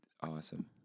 awesome